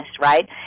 right